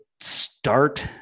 start